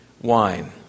wine